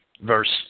verse